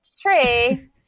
tree